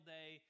Day